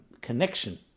connection